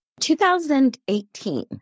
2018